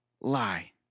lie